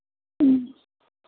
ह्म्म